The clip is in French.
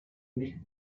mille